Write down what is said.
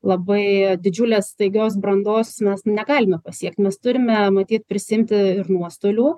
labai didžiulės staigios brandos mes negalime pasiekti mes turime matyt prisiimti ir nuostolių